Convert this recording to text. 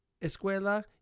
escuela